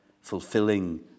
fulfilling